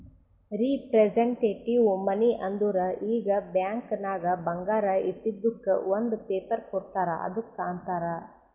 representative money ಅಂದುರ್ ಈಗ bank ನಾಗ್ ಬಂಗಾರ ಇಟ್ಟಿದುಕ್ ಒಂದ್ ಪೇಪರ್ ಕೋಡ್ತಾರ್ ಅದ್ದುಕ್ ಅಂತಾರ್